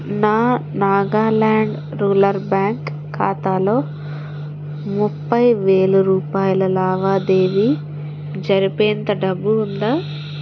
నా Nagaland rural bank ఖాతాలో ముప్పై వేల రూపాయల లావాదేవీ జరిపేంత డబ్బు ఉందా